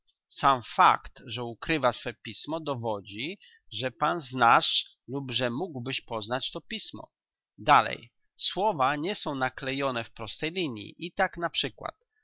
sam fakt że ukrywa swe pismo dowodzi że pan znasz lub że mógłbyś poznać to pismo dalej słowa nie są naklejone w prostej linii i